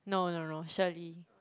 no no no Shirley